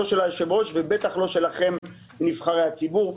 לא של היושב-ראש ובטח לא שלכם נבחרי הציבור.